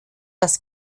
das